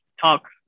talk